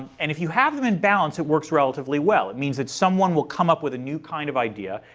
and if you have them in balance, it works relatively well. it means that someone will come up with a new kind of idea.